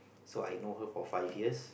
so I know her for five years